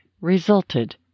resulted